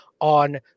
on